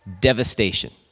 devastation